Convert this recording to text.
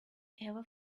ever